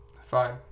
Fine